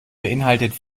beinhaltet